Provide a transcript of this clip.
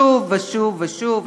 שוב ושוב ושוב.